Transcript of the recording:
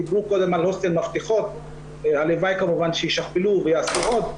דיברו קודם על הוסטל 'מפתחות' הלוואי כמובן שישכפלו ויעשו עוד,